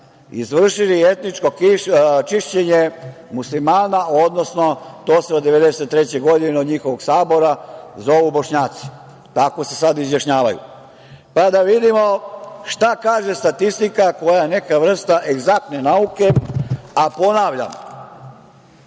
izvršili etničko čišćenje muslimana, odnosno to se od 1993. godine, od njihovog Sabora zovu Bošnjaci, tako se sad izjašnjavaju, pa da vidimo šta kaže statistika koja je neka vrsta egzaktne nauke, a ponavljam,